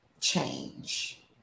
change